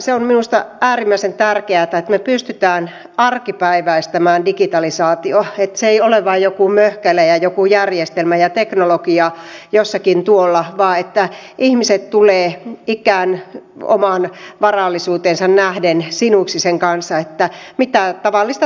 se on minusta äärimmäisen tärkeätä että me pystymme arkipäiväistämään digitalisaation että se ei ole vain joku möhkäle ja joku järjestelmä ja teknologia jossakin tuolla vaan että ihmiset tulevat ikään ja omaan varallisuuteensa nähden sinuiksi sen kanssa että tavallista toimintaahan se on